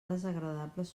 desagradables